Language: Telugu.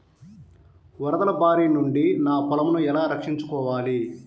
వరదల భారి నుండి నా పొలంను ఎలా రక్షించుకోవాలి?